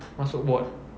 masuk ward